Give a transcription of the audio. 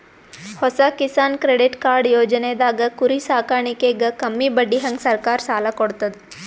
ಹೊಸ Kisan credit card ಯೋಜನೆದಾಗ್ ಕುರಿ ಸಾಕಾಣಿಕೆಗ್ ಕಮ್ಮಿ ಬಡ್ಡಿಹಂಗ್ ಸರ್ಕಾರ್ ಸಾಲ ಕೊಡ್ತದ್